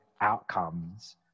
outcomes